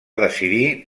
decidir